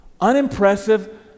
unimpressive